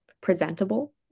presentable